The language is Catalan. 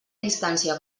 instància